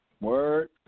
word